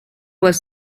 was